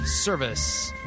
service